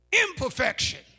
imperfection